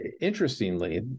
interestingly